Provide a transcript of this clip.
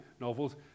novels